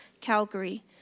Calgary